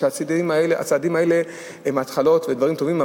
הצעדים האלה הם התחלות ודברים טובים,